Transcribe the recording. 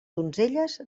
donzelles